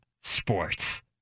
sports